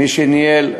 מי שניהל,